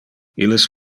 illes